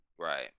Right